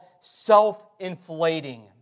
self-inflating